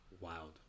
Wild